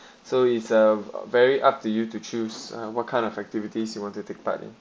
so is a very up to you to choose what kind of activities you want to take part in